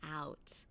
out